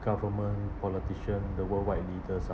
government politician the worldwide leaders ah